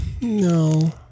No